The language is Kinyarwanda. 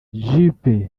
juppé